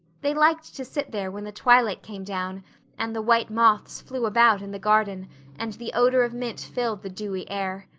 they liked to sit there when the twilight came down and the white moths flew about in the garden and the odor of mint filled the dewy air.